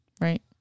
Right